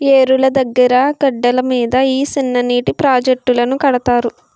ఏరుల దగ్గిర గెడ్డల మీద ఈ సిన్ననీటి ప్రాజెట్టులను కడతారు